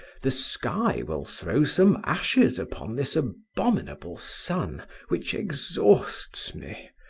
the sky will throw some ashes upon this abominable sun which exhausts me,